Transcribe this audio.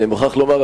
אני מוכרח לומר,